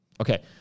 Okay